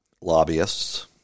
lobbyists